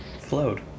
flowed